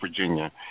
Virginia